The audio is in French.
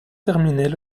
terminer